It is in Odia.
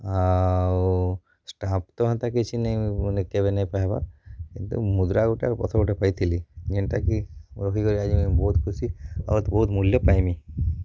ଆଉ ଷ୍ଟାମ୍ପ୍ ତ ହେନ୍ତା କିଛି ନେଇଁ କେବେ ନେଇଁ ପାଏବାର୍ କିନ୍ତୁ ମୁଦ୍ରା ଗୁଟେ ଆଉ ପଥର୍ ଗୁଟେ ପାଇଥିଲି ଯେନ୍ଟାକି ରଖିକରି ଆଜି ମୁଇଁ ବହୁତ୍ ଖୁସି ବହୁତ୍ ମୂଲ୍ୟ ପାଏମି